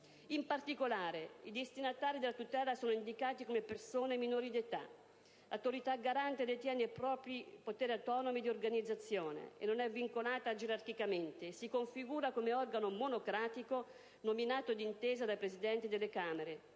In particolare, i destinatari della tutela sono indicati come persone minori di età; l'Autorità garante detiene propri poteri autonomi di organizzazione e non è vincolata gerarchicamente e si configura come organo monocratico nominato d'intesa dai Presidenti delle Camere